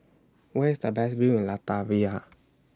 Where IS The Best View in Latvia